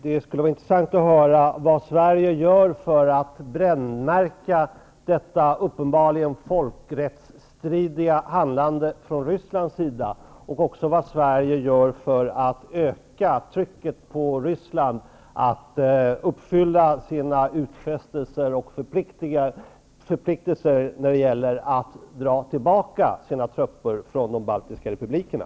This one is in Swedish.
Det skulle vara intressant att höra vad Sverige gör för att brännmärka detta uppenbart folkrättsstridiga handlande från Rysslands sida och även vad Sverige gör för att öka trycket på Ryssland att uppfylla sina utfästelser och förpliktelser när det gäller att dra tillbaka sina trupper från de baltiska republikerna.